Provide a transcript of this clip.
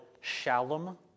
Shalom